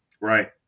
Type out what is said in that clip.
Right